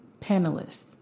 panelists